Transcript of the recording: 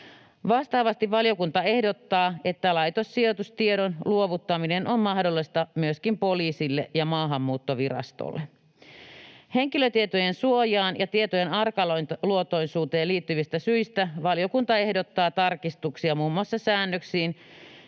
Vastaavasti valiokunta ehdottaa, että laitossijoitustiedon luovuttaminen on mahdollista myöskin Poliisille ja Maahanmuuttovirastolle. Henkilötietojen suojaan ja tietojen arkaluontoisuuteen liittyvistä syistä valiokunta ehdottaa tarkistuksia muun muassa säännöksiin,